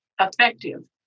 effective